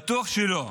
בטוח שלא.